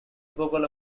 vocal